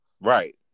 Right